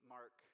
Mark